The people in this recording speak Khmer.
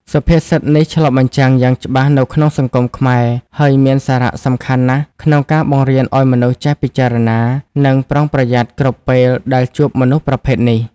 សុភាសិតនេះឆ្លុះបញ្ចាំងយ៉ាងច្បាស់នៅក្នុងសង្គមខ្មែរ ហើយមានសារៈសំខាន់ណាស់ក្នុងការបង្រៀនឱ្យមនុស្សចេះពិចារណា និងប្រុងប្រយ័ត្នគ្រប់ពេលដែលជួបមនុស្សប្រភេទនេះ។